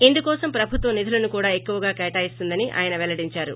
ఇందుకోసం ప్రభుత్వం నిధులను కూడా ఎక్కువగా కేటాయిస్తుందని ఆయన పెల్లడించారు